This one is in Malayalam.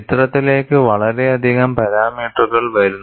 ചിത്രത്തിലേക്ക് വളരെയധികം പാരാമീറ്ററുകൾ വരുന്നു